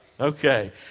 Okay